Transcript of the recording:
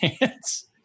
hands